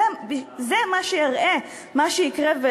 זה מה שיראה מה שיקרה,